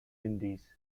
indies